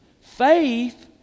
Faith